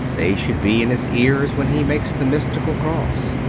they should be in his ears when he makes the mystical cross.